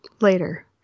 later